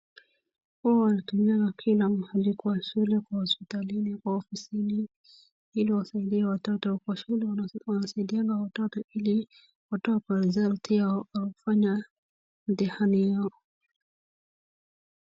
Huwa inatumiwa kila mahali, kwa shule kwa hospitalini kwa ofisini, ili wasaidie watoto, kwa shule wanasaidianga watoto ili watoe kwa result yao wanapofanya mitihani yao.